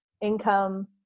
income